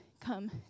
come